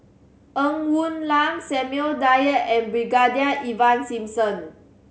Ng Woon Lam Samuel Dyer and Brigadier Ivan Simson